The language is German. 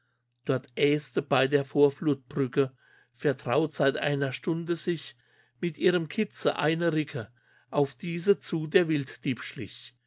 dort äste bei der vorflutbrücke vertraut seit einer stunde sich mit ihrem kitze eine ricke auf diese zu der wilddieb schlich